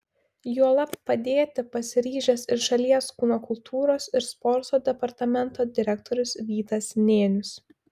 juolab padėti pasiryžęs ir šalies kūno kultūros ir sporto departamento direktorius vytas nėnius